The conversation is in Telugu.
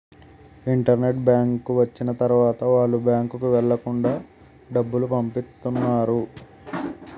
ఇంటర్నెట్ బ్యాంకు వచ్చిన తర్వాత వాళ్ళు బ్యాంకుకు వెళ్లకుండా డబ్బులు పంపిత్తన్నారు